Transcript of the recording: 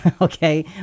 Okay